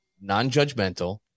Non-judgmental